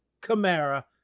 Camara